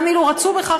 גם אילו רצו בכך,